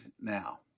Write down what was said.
now